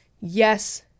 yes